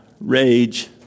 rage